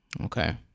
Okay